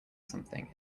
something